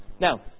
now